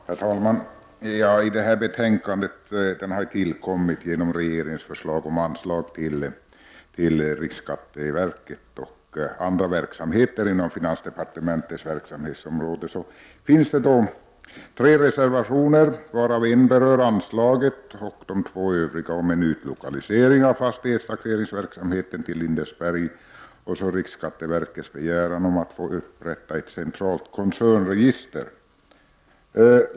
Herr talman! Till det här betänkandet, som har tillkommit med anledning av regeringens förslag om anslag till riksskatteverket och andra verksamheter inom finansdepartementets verksamhetsområde, har fogats tre reservationer. En av dem berör anslaget, en gäller utlokalisering av fastighetstaxeringsverksamheten till Lindesberg och den tredje riksskatteverkets begäran om att få upprätta ett centralt koncernregister.